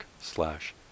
slash